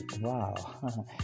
Wow